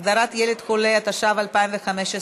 הגדרת ילד חולה), התשע"ו 2015,